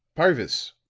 purvis,